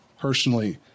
personally